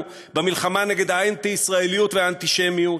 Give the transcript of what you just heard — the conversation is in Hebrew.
במלחמה נגד האנטי-ישראליות והאנטישמיות,